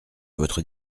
votre